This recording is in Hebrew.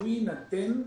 שהוא יינתן בהמשך,